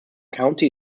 county